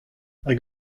hag